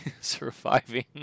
surviving